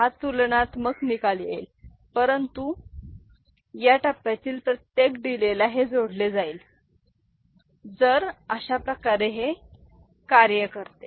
हा तुलनात्मक निकाल येईल परंतु या टप्प्यातील प्रत्येक दिलेला हे जोडले जाईल तर अशाप्रकारे हे कार्य करते